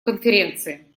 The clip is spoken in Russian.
конференции